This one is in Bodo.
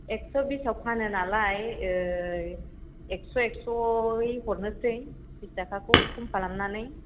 एक्स' बिसाव फानो नालाय एक्स' एक्स'यै हरनोसै बिस थाखाखौ खम खालामनानै